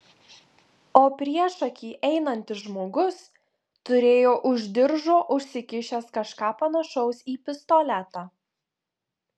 o priešaky einantis žmogus turėjo už diržo užsikišęs kažką panašaus į pistoletą